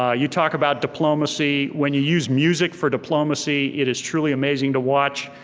ah you talk about diplomacy, when you use music for diplomacy it is truly amazing to watch.